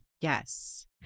Yes